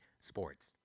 Sports